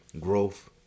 growth